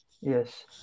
Yes